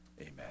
Amen